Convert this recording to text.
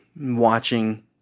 watching